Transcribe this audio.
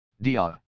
DR